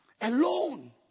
alone